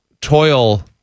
toil